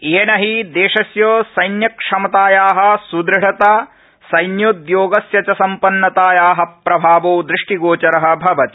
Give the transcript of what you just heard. येन हि देशस्य सैन्यक्षमताया सुदृढता सैन्योदयोगस्य च सम्पन्नताया प्रभावो दृष्टिगोचर भवति